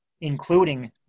including